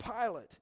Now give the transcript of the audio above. Pilate